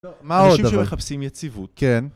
טוב, מה עוד אבל? אנשים שמחפשים יציבות. כן.